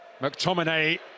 McTominay